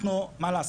זה לא שאני